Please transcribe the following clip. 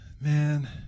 man